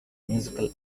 musical